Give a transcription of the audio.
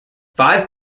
five